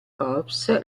corps